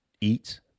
eat